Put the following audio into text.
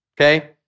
Okay